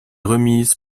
remise